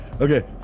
Okay